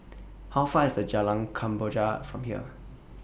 How Far IS The Jalan Kemboja from here